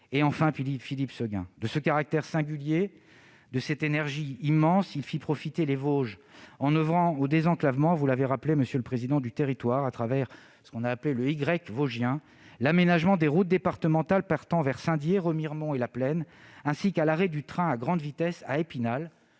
et enfin Philippe Séguin. De ce caractère singulier, de cette énergie immense, il fit profiter les Vosges en oeuvrant au désenclavement du territoire, à travers le « Y » vosgien, l'aménagement des routes départementales partant vers Saint-Dié, Remiremont et La Plaine, ainsi que l'arrêt du train à grande vitesse à Épinal,